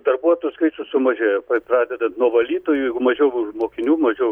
darbuotojų skaičius sumažėjo pradedant nuo valytojų jeigu mažiau mokinių mažiau